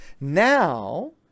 Now